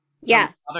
Yes